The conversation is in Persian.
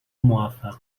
موفق